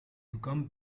become